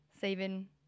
saving